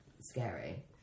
scary